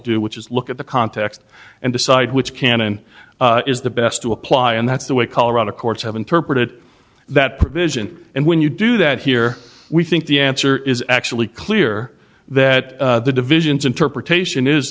do which is look at the context and decide which canon is the best to apply and that's the way colorado courts have interpreted that provision and when you do that here we think the answer is actually clear that the divisions interpretation is